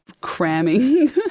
cramming